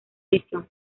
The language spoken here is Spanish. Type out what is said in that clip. edición